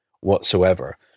whatsoever